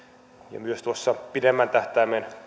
ja myös tuossa pidemmän tähtäimen